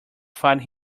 find